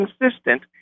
consistent